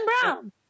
Brown